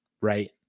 right